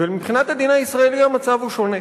ומבחינת הדין הישראלי המצב הוא שונה.